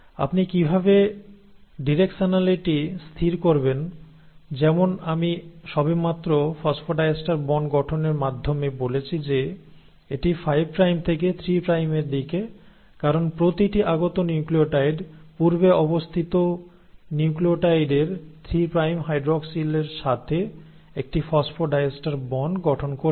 আপনি কিভাবে ডিরেকশনালিটি স্থির করবেন যেমন আমি সবেমাত্র ফসফোডাইএস্টার বন্ড গঠনের মাধ্যমে বলেছি যে এটি 5 প্রাইম থেকে 3 প্রাইমের দিকে কারণ প্রতিটি আগত নিউক্লিওটাইড পূর্বে অবস্থানকারী নিউক্লিওটাইডের 3 প্রাইম হাইড্রোক্সিলের সাথে একটি ফসফোডাইএস্টার বন্ড গঠন করবে